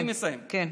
אני מסיים, אני מסיים.